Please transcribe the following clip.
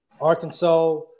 Arkansas